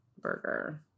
Burger